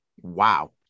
Wow